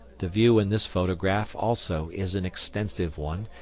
the view in this photograph also is an extensive one,